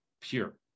pure